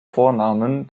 vornamen